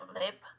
lip